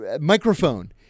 microphone